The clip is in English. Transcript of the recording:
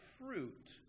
fruit